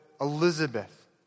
Elizabeth